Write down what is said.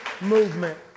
Movement